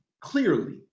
clearly